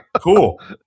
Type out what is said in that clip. cool